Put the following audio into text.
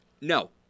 No